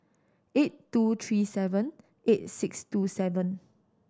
eight two three seven eight six two seven